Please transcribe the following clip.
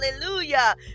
Hallelujah